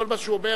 כל מה שהוא אומר,